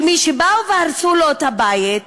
שמי שבאו והרסו לו את הבית,